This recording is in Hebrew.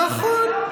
נכון,